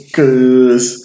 Cause